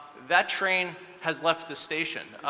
that train has left the station.